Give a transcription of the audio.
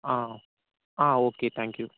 ஆ ஆ okay thank you